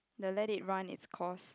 the let is run is cost